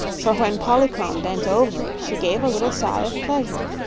for when polychrome bent over it she gave a little sigh of pleasure.